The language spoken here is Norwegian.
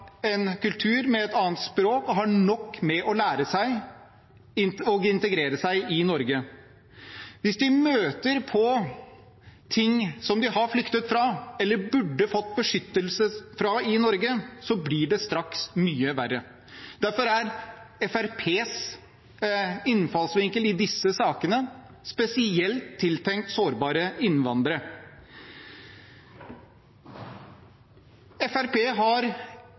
en kultur med et annet språk og har nok med å integrere seg i Norge. Hvis de møter på ting som de har flyktet fra og burde fått beskyttelse for i Norge, blir det straks mye verre. Derfor er Fremskrittspartiets innfallsvinkel i disse sakene spesielt tiltenkt sårbare innvandrere. Fremskrittspartiet har